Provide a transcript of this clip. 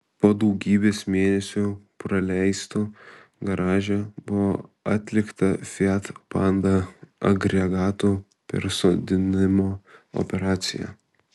po daugybės mėnesių praleistų garaže buvo atlikta fiat panda agregatų persodinimo operacija